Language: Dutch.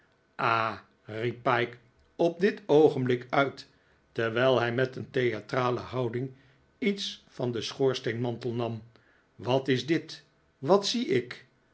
riep pyke op dit oogenblik uit terwijl hij met een theatrale houding iets van den schoorsteenmantel nam wat is dit wat zie ik